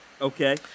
Okay